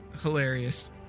hilarious